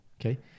Okay